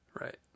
Right